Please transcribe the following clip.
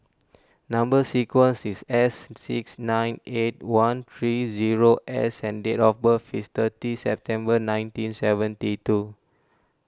Number Sequence is S six nine eight one three two zero S and date of birth is thirty September nineteen seventy two